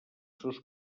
seus